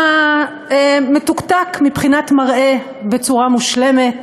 אתה מתוקתק מבחינת מראה בצורה מושלמת.